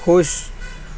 خوش